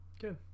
good